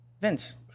Vince